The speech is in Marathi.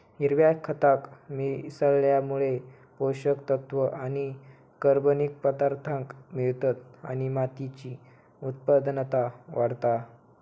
हिरव्या खताक मिसळल्यामुळे पोषक तत्त्व आणि कर्बनिक पदार्थांक मिळतत आणि मातीची उत्पादनता वाढता